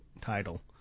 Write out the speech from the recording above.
title